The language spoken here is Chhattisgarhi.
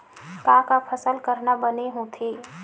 का का फसल करना बने होथे?